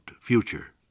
future